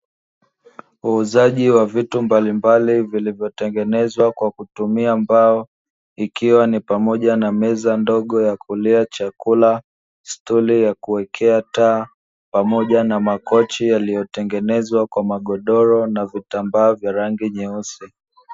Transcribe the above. Wauzaji wa vitu mbalimbali vilivyotengenezwa kwa kutumia mbao. Ikiwa ni pamoja na meza ndogo ya kulia chakula, stuli ya kuwekea taa, pamoja na makochi yaliyotengenezwa kwa magodoro na vitambaa vya rangi nyeusi.